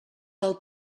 del